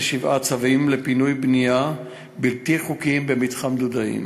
צווים לפינוי בנייה בלתי חוקית במתחם דודאים.